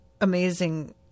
amazing